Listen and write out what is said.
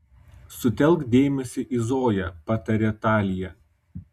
sutelk dėmesį į zoją patarė talija